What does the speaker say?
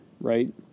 right